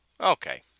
Okay